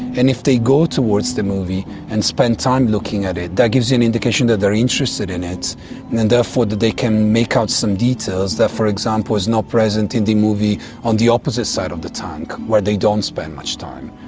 and if they go towards the movie and spend time looking at it, that gives you an indication that they are interested in it and therefore that they can make out some details that, for example, is not present in the movie on the opposite side of the tank where they don't spend much time.